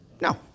No